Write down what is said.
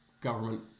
government